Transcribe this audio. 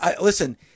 listen